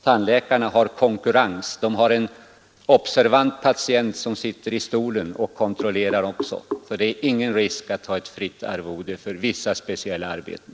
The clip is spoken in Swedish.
Tandläkarna har konkurrens. De har observanta patienter som kontrollerar dem. Det är alltså ingen risk att ha ett fritt arvode för vissa speciella arbeten.